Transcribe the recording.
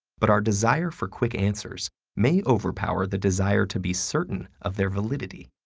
but our desire for quick answers may overpower the desire to be certain of their validity.